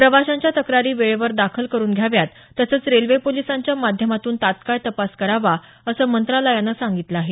प्रवाशांच्या तक्रारी वेळेवर दाखल करुन घ्याव्या तसंच रेल्वे पोलिसांच्या माध्यमातून तत्काळ तपास करावा असं मंत्रालयानं सांगितलं आहे